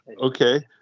Okay